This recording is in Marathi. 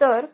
तर